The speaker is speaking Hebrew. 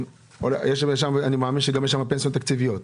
אני מאמין שיש שם גם פנסיות תקציביות.